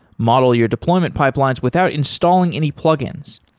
model your deployment pipelines without installing any plugins.